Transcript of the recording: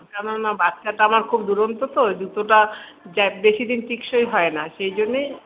কারণ বাচ্চাটা আমার খুব দুরন্ত তো জুতোটা বেশিদিন টেকসই হয় না সেই জন্যেই